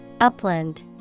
Upland